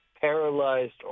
paralyzed